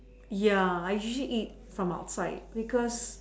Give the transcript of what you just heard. ya I usually eat from outside because